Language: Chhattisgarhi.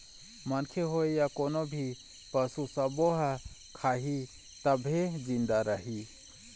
मनखे होए य कोनो भी पसू सब्बो ह खाही तभे जिंदा रइही